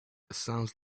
sounds